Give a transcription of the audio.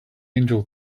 angel